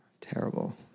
Terrible